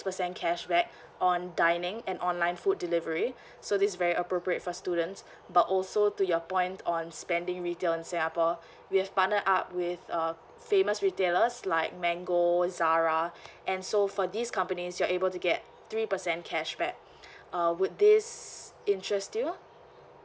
percent cashback on dining and online food delivery so this very appropriate for students but also to your point on spending retail in singapore we have partnered up with uh famous retailers like mango zara and so for these companies you are able to get three percent cashback uh would this interest